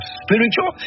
spiritual